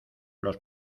los